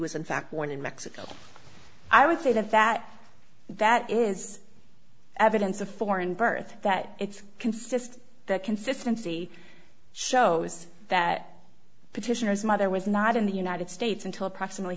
was in fact born in mexico i would say that that that is evidence of foreign birth that it's consistent that consistency shows that petitioners mother was not in the united states until approximately